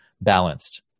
balanced